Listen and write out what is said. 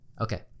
Okay